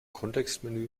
kontextmenü